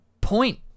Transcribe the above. point